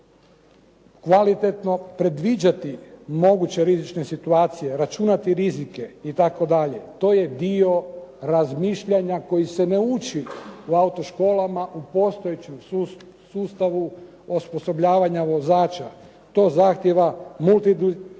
kvalitetno predviđati moguće rizične situacije, računati rizike itd., to je dio razmišljanja koji se ne uči u auto-školama u postojećem sustavu osposobljavanja vozača. To zahtijeva multidisciplinarni